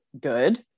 good